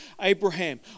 Abraham